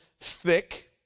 thick